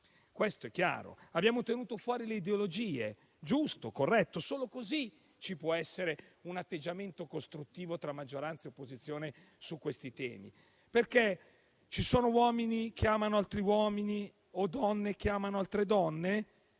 d'accordo. Abbiamo tenuto fuori le ideologie: giusto e corretto, perché solo così ci può essere un atteggiamento costruttivo tra maggioranza e opposizione su questi temi. Ci sono uomini che amano altri uomini o donne che amano altre donne?